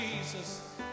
Jesus